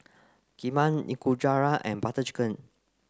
Kheema Nikujaga and Butter Chicken